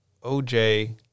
OJ